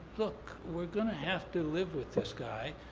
look, we're gonna have to live with this guy.